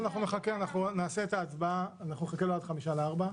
אנחנו נחכה לקרעי עד חמישה לארבע,